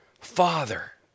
Father